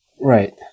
Right